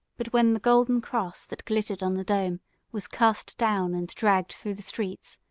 but when the golden cross that glittered on the dome was cast down, and dragged through the streets,